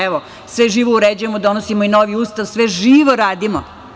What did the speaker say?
Evo, sve živo uređujemo, donosimo i novi Ustav, sve živo radimo.